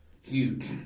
huge